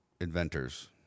inventors